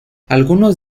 algunos